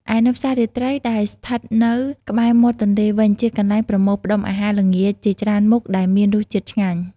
ឯនៅផ្សាររាត្រីដែលស្ថិតនៅក្បែរមាត់ទន្លេវិញ ជាកន្លែងប្រមូលផ្តុំអាហារល្ងាចជាច្រើនមុខដែលមានរសជាតិឆ្ងាញ់ ។